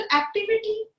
activity